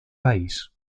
país